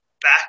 back